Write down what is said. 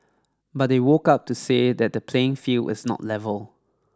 but they woke up to say that the playing field is not level